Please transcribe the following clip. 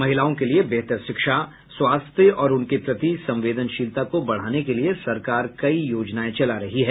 महिलाओं के लिए बेहतर शिक्षा स्वास्थ्य और उनके प्रति संवेदनशीलता को बढ़ाने के लिए सरकार कई योजनाएं चला रही हैं